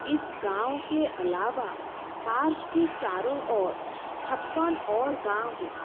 इस गाँव के अलावा पार्क के चारों ओर छप्पन और गाँव है